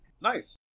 Nice